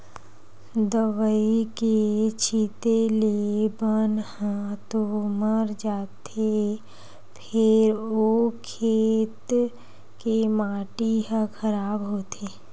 दवई के छिते ले बन ह तो मर जाथे फेर ओ खेत के माटी ह खराब होथे